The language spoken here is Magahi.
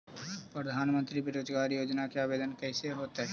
प्रधानमंत्री बेरोजगार योजना के आवेदन कैसे होतै?